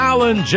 Alan